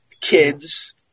Kids